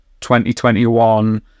2021